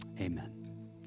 amen